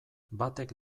batek